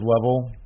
level